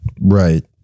right